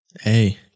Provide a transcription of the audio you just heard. Hey